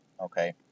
Okay